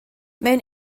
mewn